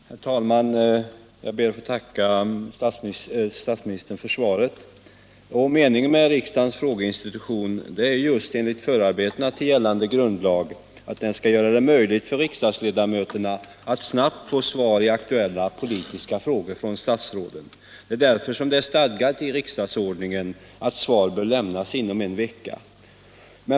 Herr talman! Jag ber att få tacka statsministern för svaret. Meningen med riksdagens frågeinstitution är just enligt förarbetena till gällande grundlag att den skall göra det möjligt för riksdagsledamöterna att snabbt 101 få svar i aktuella politiska frågor från statsråden. Det stadgas därför i riksdagsordningen att svar bör lämnas inom en vecka.